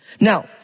Now